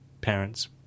parents